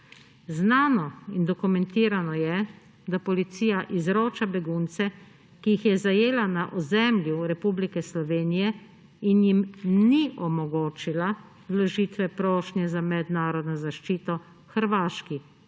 Znano in dokumentirano je, da policija izroča begunce, ki jih je zajela na ozemlju Republike Slovenije in jim ni omogočila vložitve prošnje za mednarodno zaščito, Hrvaški,